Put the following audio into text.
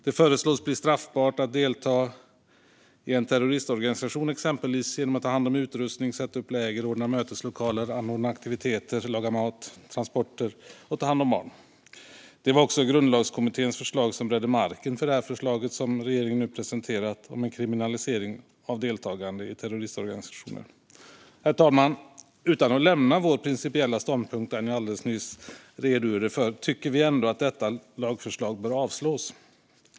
Det föreslås bli straffbart att delta i en terroristorganisation exempelvis genom att ta hand om utrustning, sätta upp läger, ordna möteslokaler, anordna aktiviteter, laga mat, ansvara för transporter och ta hand om barn. Det var också Grundlagskommitténs förslag som beredde marken för det förslag regeringen nu presenterat om en kriminalisering av deltagande i terroristorganisationer. Herr talman! Utan att lämna vår principiella ståndpunkt - den jag alldeles nyss redogjorde för - tycker vi ändå att detta lagförslag bör avslås.